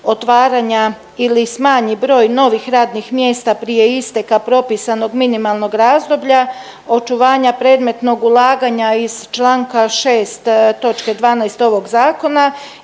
otvaranja ili smanji broj novih radnih mjesta prije isteka propisanog minimalnog razdoblja očuvanja predmetnog ulaganja iz čl. 6 toč. 12 ovog zakona